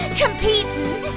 competing